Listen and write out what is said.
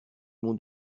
mon